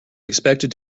expected